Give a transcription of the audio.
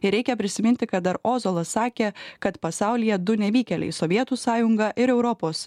ir reikia prisiminti ką dar ozolas sakė kad pasaulyje du nevykėliai sovietų sąjunga ir europos